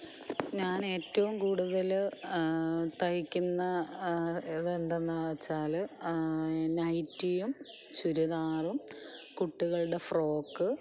ഞാൻ ഏറ്റവും കൂടുതൽ തയ്ക്കുന്നത് ഇതെന്തെന്ന് വെച്ചാൽ നൈറ്റിയും ചുരിദാറും കുട്ടികളുടെ ഫ്രോക്ക്